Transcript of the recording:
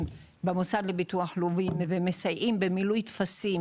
במוסד לביטוח לאומי ומסייעים במילוי טפסים,